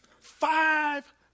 Five